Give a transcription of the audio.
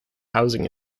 housing